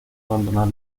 abandonar